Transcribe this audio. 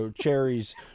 cherries